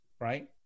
right